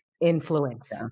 Influence